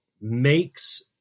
makes